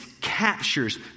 captures